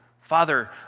Father